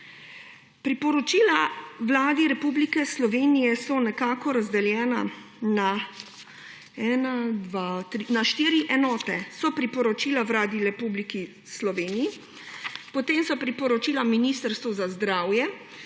Priporočila Vladi Republike Slovenije so nekako razdeljena na štiri enote. So priporočila Vladi Republike Slovenije, potem so priporočila Ministrstvu za zdravje,